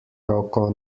roko